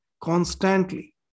constantly